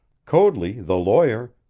coadley, the lawyer,